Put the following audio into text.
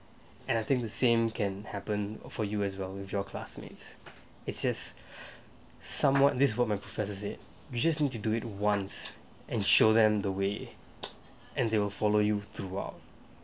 and I think the same can happen for you as well with your classmates it's just somewhat this is what my professors did you just need to do it once and show them the way and they will follow you throughout